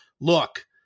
look